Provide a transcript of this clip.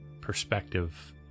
perspective